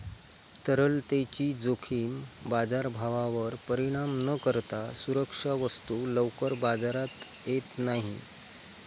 तरलतेची जोखीम बाजारभावावर परिणाम न करता सुरक्षा वस्तू लवकर बाजारात येत नाही